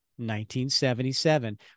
1977